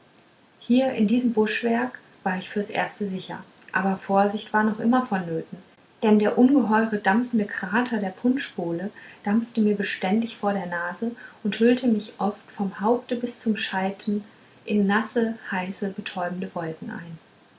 hier in diesem buschwerk war ich fürs erste sicher aber vorsicht war noch immer vonnöten denn der ungeheure dampfende krater der punschbowle dampfte mir beständig vor der nase und hüllte mich oft vom haupte bis zum scheiten in nasse heiße betäubende wolken ein